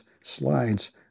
slides